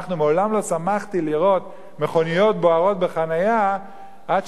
מעולם לא שמחתי לראות מכוניות בוערות בחנייה כמו כשנודע